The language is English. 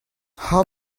how